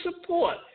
support